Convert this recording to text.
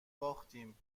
باختیم